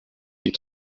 die